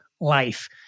Life